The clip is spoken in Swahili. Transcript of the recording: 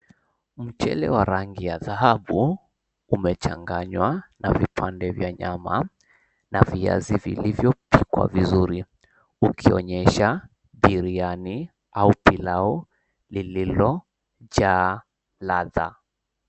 Mchele wa rangi ya dhahabu umechanganywa na vipande vya nyama na viazi vilivyopikwa vizuri, ukionyesha biriani au pilau lililojaa ladha.